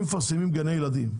אם מפרסמים גני ילדים,